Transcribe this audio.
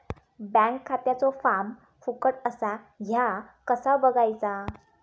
Bank खात्याचो form फुकट असा ह्या कसा बगायचा?